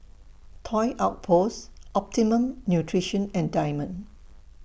Toy Outpost Optimum Nutrition and Diamond